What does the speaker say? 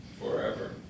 Forever